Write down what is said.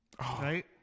right